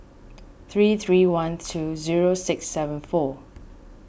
three three one two zero six seven four